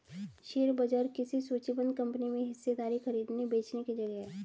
share बाजार किसी सूचीबद्ध कंपनी में हिस्सेदारी खरीदने बेचने की जगह है